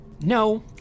No